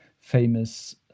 famous